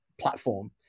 platform